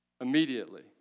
immediately